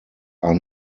are